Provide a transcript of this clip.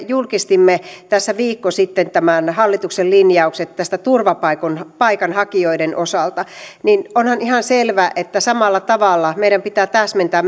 julkistimme tässä viikko sitten nämä hallituksen linjaukset näiden turvapaikanhakijoiden osalta niin onhan ihan selvä että samalla tavalla meidän pitää täsmentää